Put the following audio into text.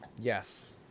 Yes